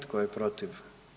Tko je protiv?